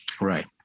Right